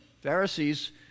Pharisees